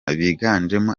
biganjemo